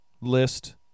List